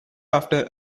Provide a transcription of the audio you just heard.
after